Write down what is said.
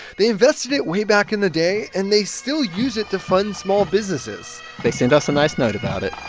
they invested it way back in the day, and they still use it to fund small businesses they sent us a nice note about it